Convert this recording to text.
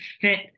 fit